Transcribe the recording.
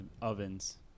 ovens